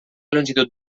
longitud